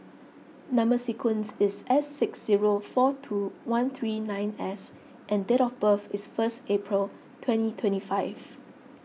Number Sequence is S six zero four two one three nine S and date of birth is first April twenty twenty five